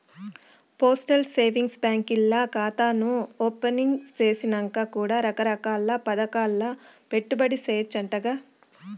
postal savings బాంకీల్ల కాతాను opening సేసినంక కూడా రకరకాల్ల పదకాల్ల పెట్టుబడి సేయచ్చంటగా